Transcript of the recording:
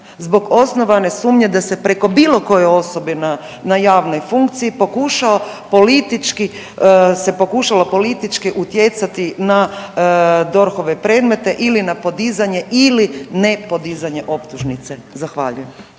zbog osnovane sumnje da se preko bilo koje osobe na javnoj funkciji pokušao politički, se pokušalo politički utjecati na DORH-ove predmete ili na podizanje ili nepodizanje optužnice. Zahvaljujem.